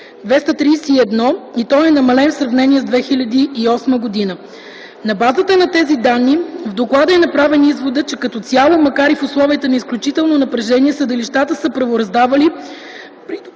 231 и той е намален в сравнение с 2008 г. На базата на тези данни в доклада е направен изводът, че като цяло, макар и в условията на изключително напрежение, съдилищата са правораздавали при добра